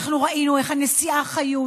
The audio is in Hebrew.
אנחנו ראינו איך הנשיאה חיות